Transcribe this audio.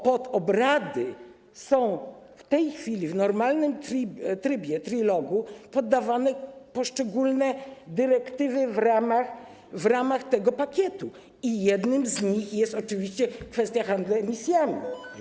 Pod obrady w tej chwili, w normalnym trybie trilogu, są poddawane poszczególne dyrektywy w ramach tego pakietu i jedną z kwestii jest oczywiście kwestia handlu emisjami.